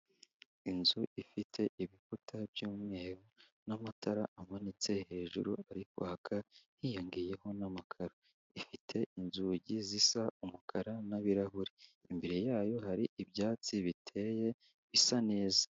Inzu ifite ibikuta by'umweru n'amatara amanitse hejuru ari kwaka hiyongeyeho n'amakaro. Ifite inzugi zisa umukara n'ibirahuri, imbere yayo hari ibyatsi biteye isa neza.